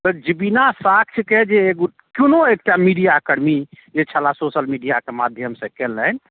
तऽ जँऽ बिना साक्ष्यके जे कोनो एकटा मीडिया कर्मी जे छलाह सोशल मीडियाके माध्यमसँ कयलनि